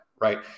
right